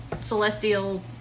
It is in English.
celestial